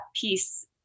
peace